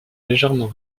légèrement